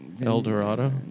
Eldorado